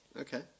Okay